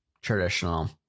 traditional